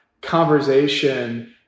conversation